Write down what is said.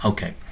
Okay